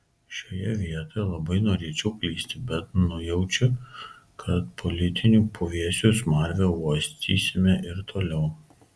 šioje vietoje labai norėčiau klysti bet nujaučiu kad politinių puvėsių smarvę uostysime ir toliau